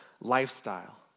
lifestyle